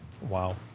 Wow